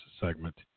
segment